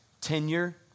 tenure